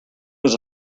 was